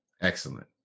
Excellent